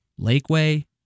lakeway